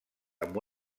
amb